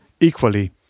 equally